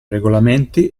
regolamenti